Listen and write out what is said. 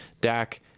Dak